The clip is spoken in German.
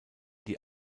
die